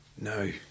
no